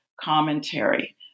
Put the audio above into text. commentary